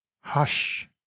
hush